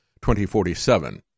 2047